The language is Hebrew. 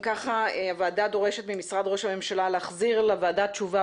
הוועדה דורשת ממשרד ראש הממשלה להחזיר לוועדה תשובה